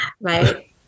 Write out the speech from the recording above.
Right